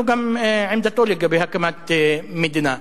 זו גם עמדתו לגבי הקמת מדינה.